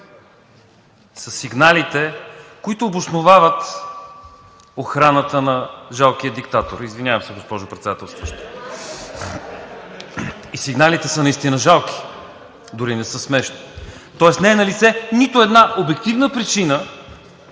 ХАДЖИГЕНОВ: …които обосновават охраната на жалкия диктатор. Извинявам се, госпожо Председателстващ. (Шум и реплики.) И сигналите са наистина жалки. Дори не са смешни. Тоест не е налице нито една обективна причина,